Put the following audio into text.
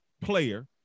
player